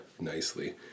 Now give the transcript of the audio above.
nicely